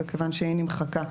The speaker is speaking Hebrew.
וכיוון שהיא נמחקה,